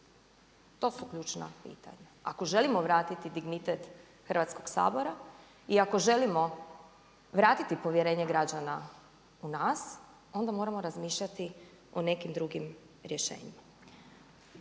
To su ključna pitanja. Ako želimo vratiti dignitet Hrvatskog sabora i ako želimo vratiti povjerenje građana u nas onda moramo razmišljati o nekim drugim rješenjima.